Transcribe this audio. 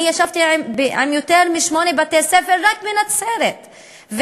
ביותר משמונה בתי-ספר רק בנצרת,